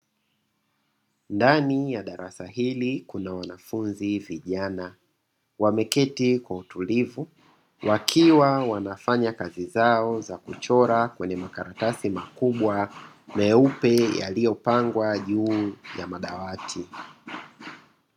Ndani ya darasa hili, kuna wanafunzi vijana wameketi kwa utulivu, wakiwa wanafanya kazi zao za kuchora, kwenye makaratasi makubwa meupe yaliyopangwa juu ya madawati.